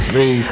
See